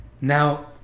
Now